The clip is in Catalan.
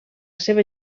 seva